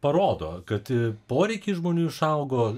parodo kad poreikis žmonių išaugo